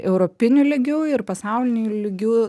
europiniu lygiu ir pasauliniu lygiu